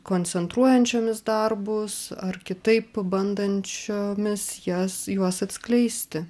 koncentruojančiomis darbus ar kitaip bandančiomis jas juos atskleisti